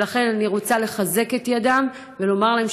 ולכן אני רוצה לחזק את ידם ולומר להם